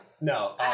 No